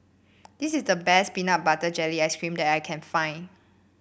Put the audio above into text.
this is the best Peanut Butter Jelly Ice cream that I can find